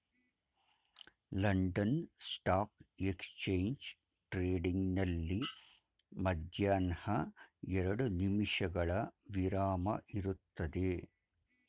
London stock exchange trading ನಲ್ಲಿ ಮಧ್ಯಾಹ್ನ ಎರಡು ನಿಮಿಷಗಳ ವಿರಾಮ ಇರುತ್ತದೆ